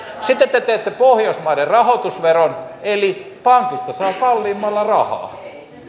sitten te teette pohjoismaiden rahoitusveron eli pankista saavat kalliimmalla rahaa